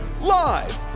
Live